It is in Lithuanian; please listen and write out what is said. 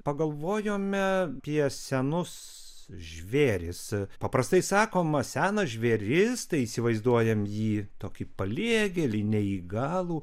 pagalvojome apie senus žvėrys paprastai sakoma senas žvėris tai įsivaizduojam jį tokį paliegėlį neįgalų